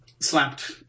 slapped